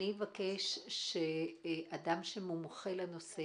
אבקש שאדם שמומחה לנושא